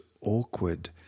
awkward